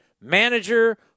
manager